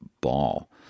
ball